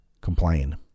complain